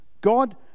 God